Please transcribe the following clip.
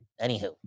Anywho